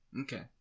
Okay